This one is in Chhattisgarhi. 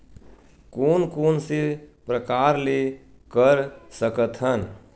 कोन कोन से प्रकार ले कर सकत हन?